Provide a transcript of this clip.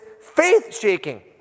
faith-shaking